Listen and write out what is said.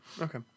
Okay